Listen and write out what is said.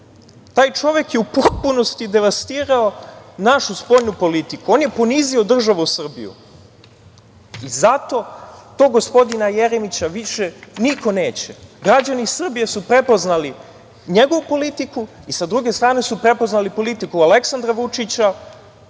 Taj čovek je u potpunosti devastirao našu spoljnu politiku. On je ponizio državu Srbiju i zato tog gospodina Jeremića više niko neće. Građani Srbije su prepoznali njegovu politiku i sa druge strane su prepoznali politiku Aleksandra Vučića,